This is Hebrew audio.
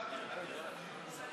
אני רוצה